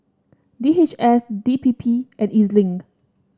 D H S D P P and E Z Link